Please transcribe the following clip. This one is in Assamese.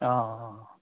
অঁ